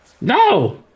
No